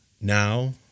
now